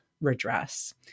redress